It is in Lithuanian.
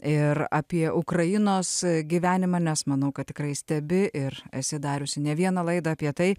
ir apie ukrainos gyvenimą nes manau kad tikrai stebi ir esi dariusi ne vieną laidą apie tai